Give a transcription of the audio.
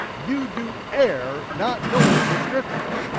you do err not knowing the scriptures.